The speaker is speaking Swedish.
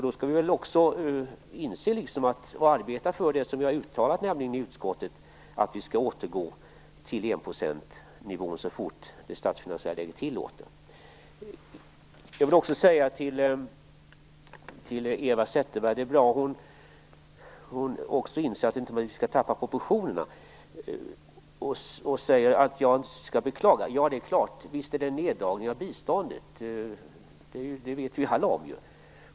Då skall vi väl arbeta för det vi har uttalat i utskottet, nämligen att vi skall återgå till enprocentsnivån så fort det statsfinansiella läget tillåter det. Jag vill säga till Eva Zetterberg att det är bra att hon också inser att vi inte skall tappa proportionerna. Visst är det fråga om en neddragning av biståndet - det vet vi alla.